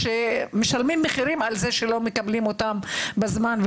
שמשלמים מחיר על זה שלא מקבלים אותם בזמן,